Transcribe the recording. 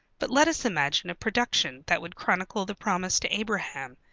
but let us imagine a production that would chronicle the promise to abraham,